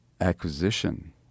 acquisition